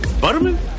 Butterman